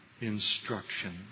instruction